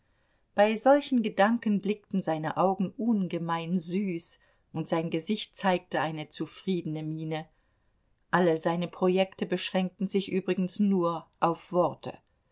bei solchen gedanken blickten seine augen ungemein süß und sein gesicht zeigte eine zufriedene miene alle seine projekte beschränkten sich übrigens nur auf worte